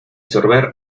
sorber